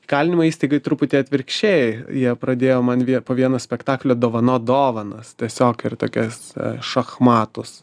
kalinimo įstaigoj truputį atvirkščiai jie pradėjo man vie po vieno spektaklio dovanot dovanas tiesiog ir tokias šachmatus